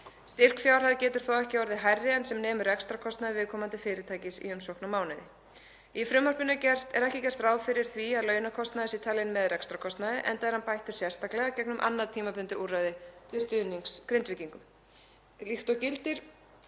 Styrkfjárhæð getur þó ekki orðið hærri en sem nemur rekstrarkostnaði viðkomandi fyrirtækis í umsóknarmánuði. Í frumvarpinu er ekki gert ráð fyrir því að launakostnaður sé talinn með rekstrarkostnaði enda er hann bættur sérstaklega gegnum annað tímabundið úrræði til stuðnings Grindvíkingum. Líkt og gildir